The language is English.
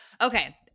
Okay